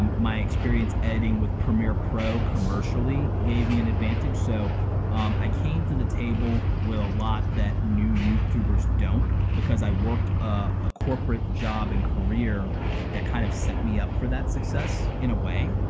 um my experience editing with premier pro commercially gave me an advantage. so i came to the table with a lot that new youtubers don't because i worked a corporate job and career that kind of set me up for that success in a way.